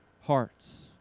hearts